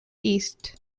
east